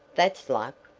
that's luck,